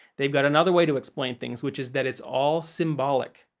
they've got another way to explain things, which is that it's all symbolic.